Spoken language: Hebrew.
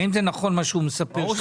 האם מה שהוא מספר הוא נכון?